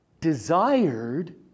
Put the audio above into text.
desired